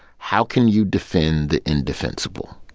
how can you defend the indefensible?